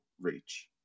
reach